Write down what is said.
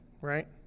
right